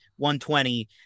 120